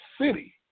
city